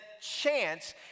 chance